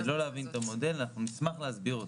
זה לא להבין את המודל ואנחנו נשמח להסביר אותו.